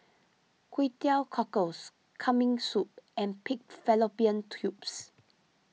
Kway Teow Cockles Kambing Soup and Pig Fallopian Tubes